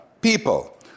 people